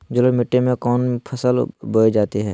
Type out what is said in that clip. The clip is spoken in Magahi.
जलोढ़ मिट्टी में कौन फसल बोई जाती हैं?